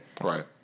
right